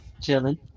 chilling